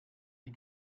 die